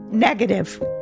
negative